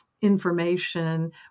information